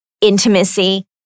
intimacy